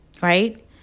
right